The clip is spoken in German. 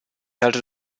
halte